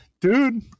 dude